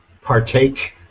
partake